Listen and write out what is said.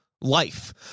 life